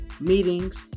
meetings